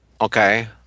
Okay